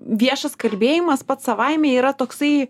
viešas kalbėjimas pats savaime yra toksai